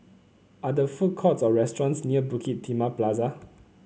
are there food courts or restaurants near Bukit Timah Plaza